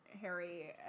Harry